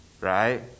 right